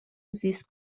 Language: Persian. زیست